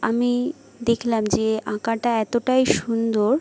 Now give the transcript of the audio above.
আমি দেখলাম যে আঁকাটা এতটাই সুন্দর